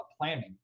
planning